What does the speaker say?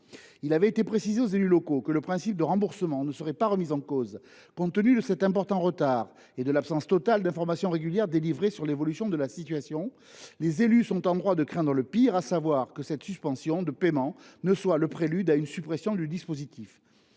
Il avait été précisé aux élus locaux que le principe de remboursement ne serait pas remis en cause. Compte tenu de cet important retard et de l’absence totale d’informations régulières délivrées sur l’évolution de la situation, les élus sont en droit de craindre le pire, à savoir que cette suspension de paiement ne soit le prélude à une suppression du dispositif.